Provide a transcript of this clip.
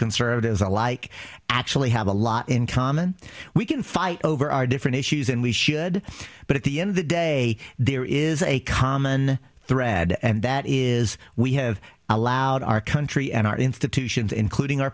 conservatives alike actually have a lot in common we can fight over our different issues and we should but at the end of the day there is a common thread and that is we have allowed our country and our institutions including our